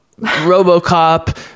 RoboCop